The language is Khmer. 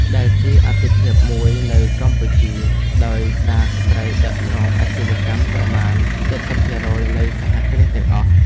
ដែលជាអាទិភាពមួយនៅកម្ពុជា ដោយសារស្ត្រីដឹកនាំអាជីវកម្មប្រមាណ ៧០% នៃសហគ្រាសទាំងអស់។